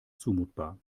zumutbar